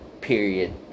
Period